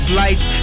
lights